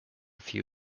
few